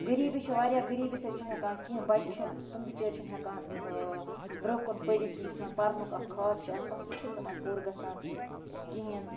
غریٖبی چھِ واریاہ غریٖبی سۭتۍ چھُنہٕ ہٮ۪کان کیٚنہہ بَچہٕ چھِ تِم بِچٲرۍ چھِنہٕ ہٮ۪کان برۄنٛہہ کُن پٔرِتھ تہِ یُس تِمَن پَرٕنُک اَکھ خواب چھِ آسان سُہ چھِنہٕ تِمَن پوٗرٕ گژھان کِہیٖنۍ